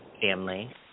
family